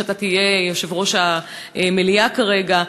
שאתה תהיה יושב-ראש המליאה כרגע,